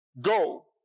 Go